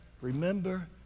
Remember